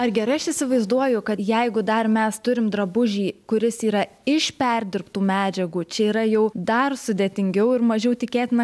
ar gerai aš įsivaizduoju kad jeigu dar mes turim drabužį kuris yra iš perdirbtų medžiagų čia yra jau dar sudėtingiau ir mažiau tikėtina